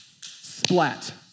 Splat